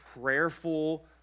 prayerful